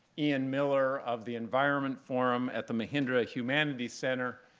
ian miller of the environment forum at the mahindra humanities center.